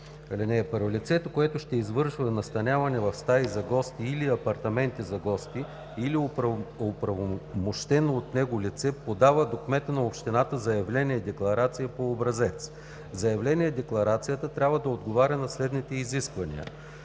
Лицето, което ще извършва настаняване в стаи за гости или апартаменти за гости или упълномощено от него лице, подава до кмета на общината заявление-декларация по образец. Заявление-декларацията трябва да отговаря на следните изисквания: